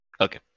Okay